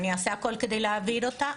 אני אעשה הכול כדי להעביר אותה,